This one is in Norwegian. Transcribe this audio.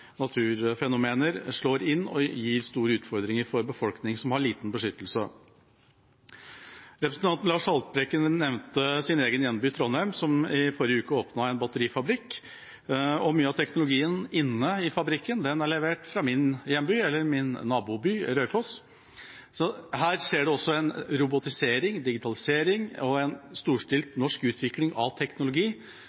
naturfenomener slå inn og gi store utfordringer for befolkninger som har liten beskyttelse. Representanten Lars Haltbrekken nevnte sin egen hjemby, Trondheim, som i forrige uke åpnet en batterifabrikk, og mye av teknologien inne i fabrikken er levert av min naboby, Raufoss. Så her skjer det også en robotisering, en digitalisering og en storstilt